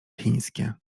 chińskie